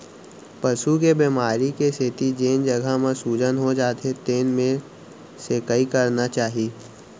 पसू के बेमारी के सेती जेन जघा म सूजन हो जाथे तेन मेर सेंकाई करना चाही